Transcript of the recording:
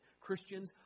Christians